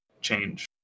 change